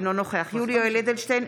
אינו נוכח יולי יואל אדלשטיין,